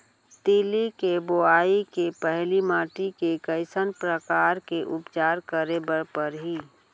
तिलि के बोआई के पहिली माटी के कइसन प्रकार के उपचार करे बर परही?